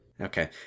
Okay